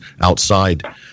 outside